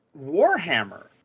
Warhammer